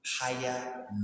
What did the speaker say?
higher